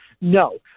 No